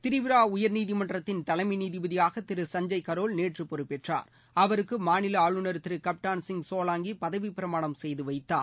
திரிபுரா உயர்நீதி மன்றத்தின் தலைமை நீதிபதியாக திரு சஞ்சய் கரோல் நேற்ற பொறுப்பேற்றார் அவருக்கு மாநில ஆளுநர் திரு கப்டன் சிங் சோலங்கி பதவி பிரமானம் செய்துவைத்தார்